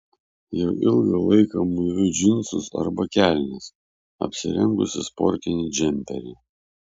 jau ilgą laiką mūviu džinsus arba kelnes apsirengusi sportinį džemperį